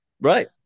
Right